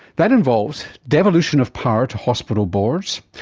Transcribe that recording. that involves devolution of power to hospital boards,